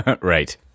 Right